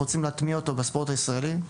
רוצים להטמיע אותו בספורט הישראלי.